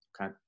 Okay